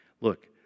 Look